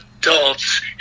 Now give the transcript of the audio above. adults